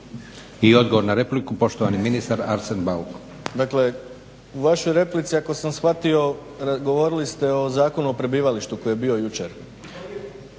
I odgovor na repliku poštovani ministar Arsen Bauk. **Bauk, Arsen (SDP)** Dakle u vašoj replici ako sam shvatio govorili ste o Zakonu o prebivalištu koji je bio jučer.